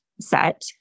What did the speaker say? set